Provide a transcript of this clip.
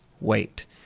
wait